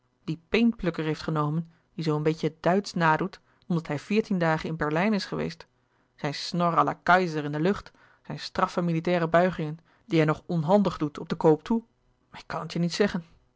dien peenplukker heeft genomen die zoo een beetje duitsch nadoet omdat hij veertien dagen in berlijn is geweest zijn snor à la kaiser in de lucht zijn straffe militaire buigingen die hij nog onhandig doet op den koop toe ik kan het je niet zeggen